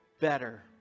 better